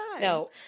No